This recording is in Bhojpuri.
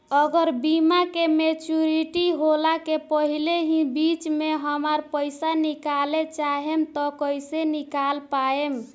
अगर बीमा के मेचूरिटि होला के पहिले ही बीच मे हम पईसा निकाले चाहेम त कइसे निकाल पायेम?